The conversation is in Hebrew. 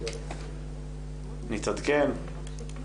נתעדכן.